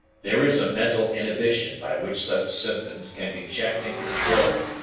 there is a mental inhibition by which such symptoms can be checked and controlled,